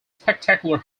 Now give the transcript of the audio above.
spectacular